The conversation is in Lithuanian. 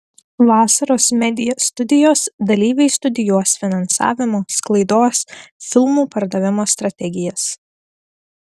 vasaros media studijos dalyviai studijuos finansavimo sklaidos filmų pardavimo strategijas